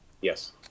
Yes